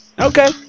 Okay